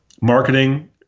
marketing